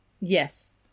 Yes